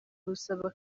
busaba